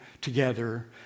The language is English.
together